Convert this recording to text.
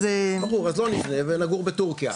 ברור, אז לא נבנה ונגור בטורקיה.